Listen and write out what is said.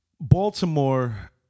Baltimore